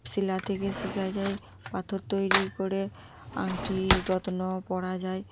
শিলা থেকে শিখা যায় পাথর তৈরি করে আংটি রত্ন পরা যায়